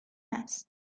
است